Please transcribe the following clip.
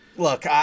Look